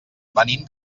venim